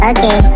Okay